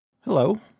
Hello